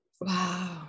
Wow